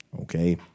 okay